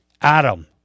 Adam